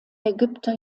ägypter